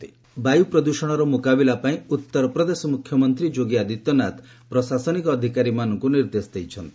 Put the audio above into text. UP air pollution ବାୟୁ ପ୍ରଦୃଷଣର ମୁକାବିଲା ପାଇଁ ଉତ୍ତରପ୍ରଦେଶ ମୁଖ୍ୟମନ୍ତ୍ରୀ ଯୋଗୀ ଆଦିତ୍ୟନାଥ ପ୍ରଶାସନିକ ଅଧିକାରୀମାନଙ୍କୁ ନିର୍ଦ୍ଦେଶ ଦେଇଛନ୍ତି